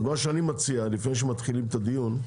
אז מה שאני מציע, לפני שמתחילים את הדיון,